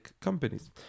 companies